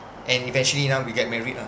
and eventually now we get married lah